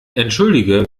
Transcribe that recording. entschuldige